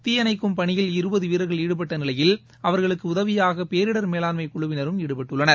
தீயணைக்கும் பணியில் இருபதுவீரர்கள் ஈடுபட்டநிலையில் அவர்களுக்குஉதவியாகபேரிடர் மேலாண்மைகுழுவினரும் ஈடுபட்டனர்